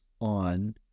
on